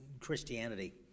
Christianity